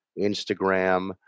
Instagram